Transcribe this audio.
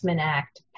Act –